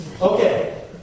Okay